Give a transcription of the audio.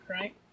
right